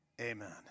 Amen